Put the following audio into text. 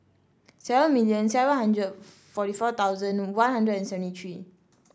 seven million seven hundred forty four thousand One Hundred and seventy three